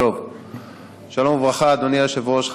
שלום וברכה, אדוני היושב-ראש.